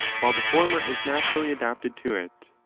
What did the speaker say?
while the former is naturally adapted to it.